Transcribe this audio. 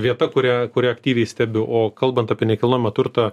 vieta kurią kurią aktyviai stebiu o kalbant apie nekilnojamą turtą